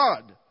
God